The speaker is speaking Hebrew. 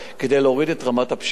כדי להוריד את רמת הפשיעה.